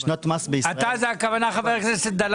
הכנסת דלל